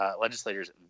legislators